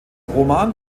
roman